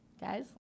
Guys